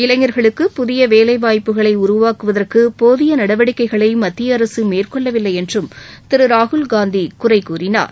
இளைஞர்களுக்கு புதிய வேலை வாய்ப்புகளை உருவாக்குவதற்கு போதிய நடவடிக்கைகளை மத்திய அரசு மேற்கொள்ளவில்லை என்றும் திரு ராகுல்காந்தி குறைகூறினார்